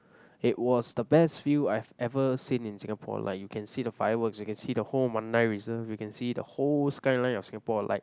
it was the best view I've ever seen in Singapore like you can see the fireworks you can see the whole Mandai reserve you can see the whole skyline of Singapore like